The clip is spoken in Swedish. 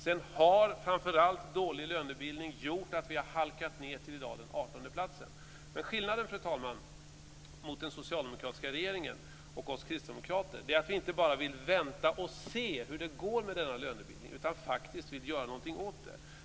Sedan har framför allt dålig lönebildning gjort att vi i dag har halkat ned till 18:e plats. Men skillnaden, fru talman, mellan den socialdemokratiska regeringen och oss kristdemokrater är att vi inte bara vill vänta och se hur det går med denna lönebildning utan faktiskt vill göra någonting åt den.